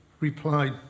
replied